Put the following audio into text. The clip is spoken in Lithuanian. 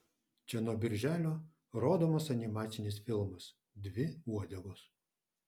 čia nuo birželio rodomas animacinis filmas dvi uodegos